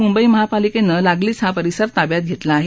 मुंबई महापालिकेनं लागलीच हा परिसर ताब्यात घेतला आहे